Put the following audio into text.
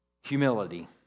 humility